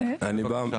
למרארר.